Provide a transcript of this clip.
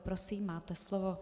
Prosím, máte slovo.